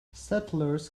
settlers